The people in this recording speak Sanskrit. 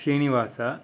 श्रीनिवासः